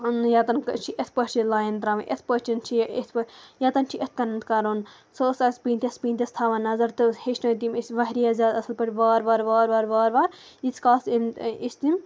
یَتَن چھِ اِتھ پٲٹھۍ چھِ لایِن ترٛاوٕنۍ اِتھ پٲٹھۍ چھِ یہِ اِتھ پٲٹھۍ یَتَن چھِ اِتھ کَنَن کرُن سُہ ٲس اَسہِ پیٖنٛتِس پیٖنٛتِس تھاوان نظر تہٕ ہیٚچھنٲوۍ تٔمۍ أسۍ واریاہ زیادٕ اَصٕل پٲٹھۍ وارٕ وارٕ وارٕ وارٕ وارٕ وارٕ ییٖتِس کالَس أمۍ أسۍ تٔمۍ